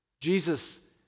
Jesus